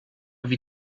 wie